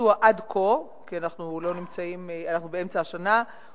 הביצוע עד כה כי אנחנו באמצע השנה,